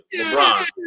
LeBron